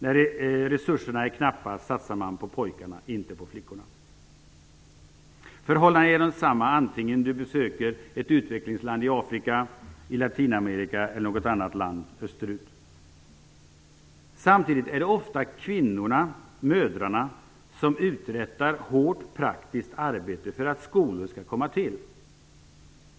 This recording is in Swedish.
När resurserna är knappa satsar man på pojkarna, inte på flickorna. Förhållandena är desamma vare sig du besöker ett utvecklingsland i Afrika, i Latinamerika eller något land österut. Samtidigt är det ofta kvinnorna, mödrarna, som uträttar hårt praktiskt arbete för att skolor skall komma till.